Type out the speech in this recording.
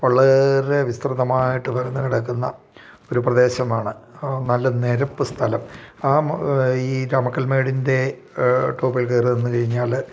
വളരെ വിസ്തൃതമായിട്ട് പരന്ന് കിടക്കുന്ന ഒരു പ്രദേശമാണ് നല്ല നിരപ്പ് സ്ഥലം ആ ഈ രമക്കൽമേടിൻ്റെ ടോപ്പിൽ കയറി നിന്ന് കഴിഞ്ഞാൽ